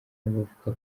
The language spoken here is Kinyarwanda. abavuga